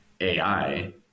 AI